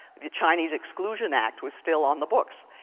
the chinese exclusion act was still on the books.